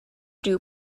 dew